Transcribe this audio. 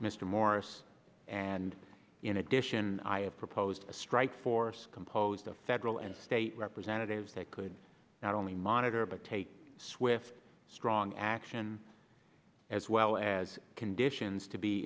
mr morris and in addition i have proposed a strike force composed of federal and state representatives that could not only monitor but take swift strong action as well as conditions to be